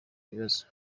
bibazo